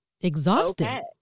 Exhausted